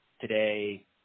today